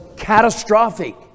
catastrophic